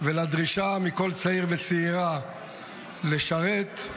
ולדרישה מכל צעיר וצעירה לשרת,